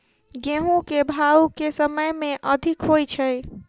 गेंहूँ केँ भाउ केँ समय मे अधिक होइ छै?